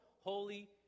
holy